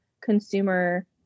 consumer